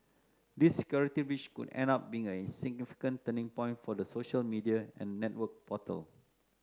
this security breach could end up being a significant turning point for the social media and network portal